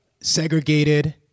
segregated